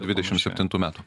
dvidešimt septintų metų